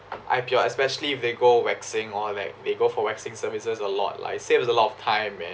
I_P_L especially if they go waxing or like they go for waxing services a lot like it saves a lot of time and